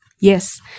yes